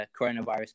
coronavirus